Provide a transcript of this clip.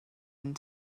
and